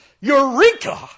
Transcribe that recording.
Eureka